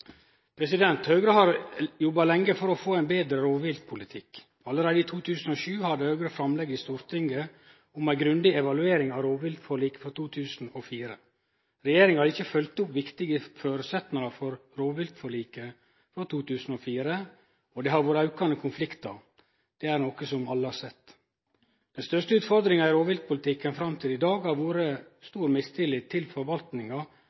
Høgre har jobba lenge for å få ein betre rovviltpolitikk. Allereie i 2007 hadde Høgre framlegg i Stortinget om ei grundig evaluering av rovviltforliket frå 2004. Regjeringa har ikkje følgt opp viktige føresetnader for rovviltforliket frå 2004, og det har vore aukande konfliktar – det er noko som alle har sett. Den største utfordringa i rovviltpolitikken fram til i dag har vore stor mistillit til forvaltninga